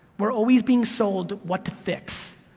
we're always being sold what to fix.